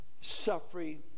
suffering